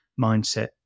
mindset